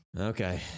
Okay